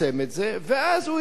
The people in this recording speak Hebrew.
ואז הוא הרוויח את שלו.